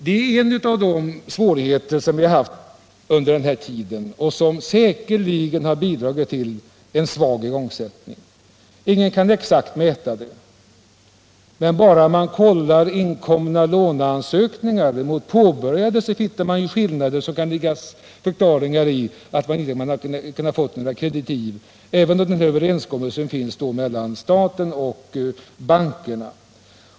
Det är en av de svårigheter som vi har haft under den här tiden och som säkerligen har bidragit till en svag igångsättning. Ingen kan exakt mäta denna, men bara man kollar inkomna låneansökningar mot påbörjade hittar man skillnader, i vilka det kan ligga förklaringar i att man inte har kunnat få några kreditiv, även om det finns en överenskommelse mellan staten och bankerna.